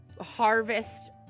harvest